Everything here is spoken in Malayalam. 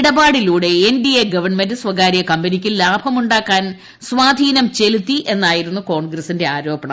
ഇടപാടിലൂടെ എൻ ഡി എ പ്രഗവ്ൺമെന്റ് സ്ഥകാര്യ കമ്പനിക്ക് ലാഭമുണ്ടാക്കാൻ സ്വാധീനം ചെലൂത്തി എന്നായിരുന്നു കോൺഗ്രസിന്റെ ആരോപണം